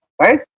right